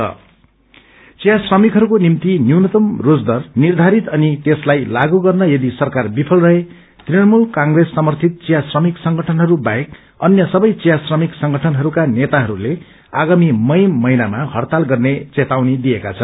T वेज चिया श्रमिकहरूको निम्ति निम्नतम रोजदर निर्धारित अनि त्यसलाई लागू गर्न यदि सरकार विफ्रत रहे तृणमूल कंग्रेस समर्थित विया श्रमिक संगठनहरू बाहेक अय स्वै विया श्रमिक संगठनहरूका नेताहरूले आगामी गई महिनामा हड्ताल गर्ने चेतावनी दिएका छन्